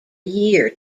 year